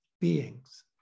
beings